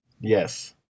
Yes